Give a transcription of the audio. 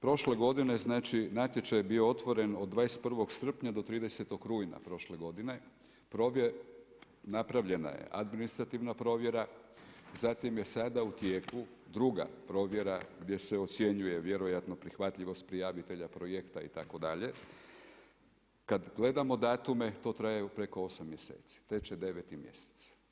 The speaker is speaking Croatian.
Prošle godine natječaj je bio otvoren od 21. srpnja do 30. rujna, napravljena je administrativna provjera, zatim je sada u tijeku druga provjera gdje se ocjenjuje vjerojatno prihvatljivost prijavitelja projekta itd. kada gledamo datume to traje preko osam mjeseci, teče deveti mjesec.